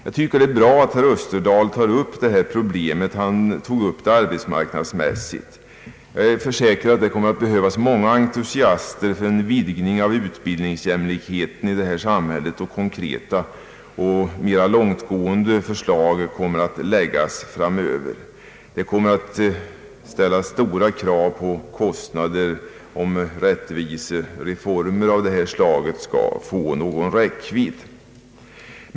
Jag tycker att det är bra att herr Österdahl tagit upp detta problem — han tog upp det arbetsmarknadsmässigt. Jag försäkrar att det kommer att behövas många entusiaster för en ökad jämlikhet på utbildningsväsendets område i detta samhälle och att konkreta och mer långtgående förslag kommer att framläggas längre fram i tiden. Det kommer att ställa stora krav på anslag, om rättvisereformer av detta slag skall få någon räckvidd.